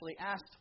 asked